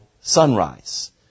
sunrise